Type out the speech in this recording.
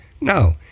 No